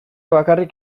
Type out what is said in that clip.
bakarrik